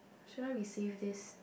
should I resave this